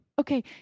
Okay